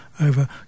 over